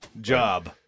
Job